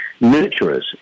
nurturers